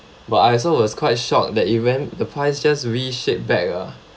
but I also was quite shocked that event the price just reshape back ah